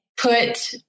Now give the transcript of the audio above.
put